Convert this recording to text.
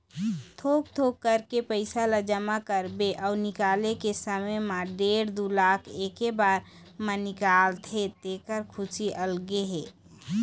थोक थोक करके पइसा ल जमा करबे अउ निकाले के समे म डेढ़ दू लाख एके बार म मिलथे तेखर खुसी अलगे हे